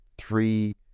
three